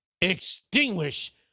extinguish